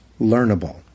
learnable